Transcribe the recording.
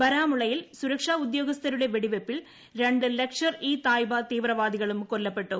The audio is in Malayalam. ബരാമുളളയിൽ സുരക്ഷാഉദ്യോഗസ്ഥരുടെ വെടിവെപ്പിൽ രണ്ട് ലഷ്ക്ക്ർ ഇ തോയിബാ തീവ്രവാദികളും കൊല്ലപ്പെട്ടു